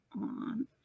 on